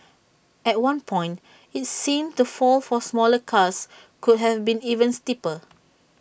at one point IT seemed the fall for smaller cars could have been even steeper